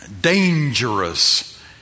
dangerous